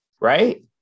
right